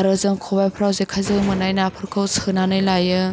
आरो जों खबाइफ्राव जों जेखायजों मोन्नाय नाफोरखौ सोनानै लायो